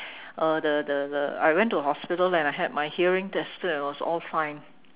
uh the the the I went to the hospital and I had my hearing tested and it was all fine